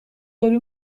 داری